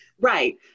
Right